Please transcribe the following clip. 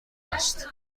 است